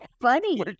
funny